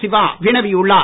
சிவா வினவி உள்ளார்